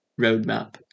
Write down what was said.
roadmap